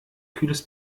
kühles